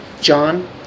John